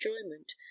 enjoyment